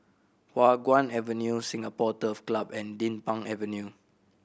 Hua Guan Avenue Singapore Turf Club and Din Pang Avenue